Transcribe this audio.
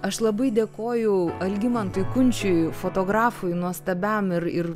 aš labai dėkoju algimantui kunčiui fotografui nuostabiam ir ir